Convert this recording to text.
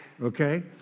Okay